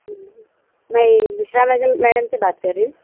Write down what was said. میں Bushra madam madam سے بات کر رہی